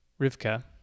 Rivka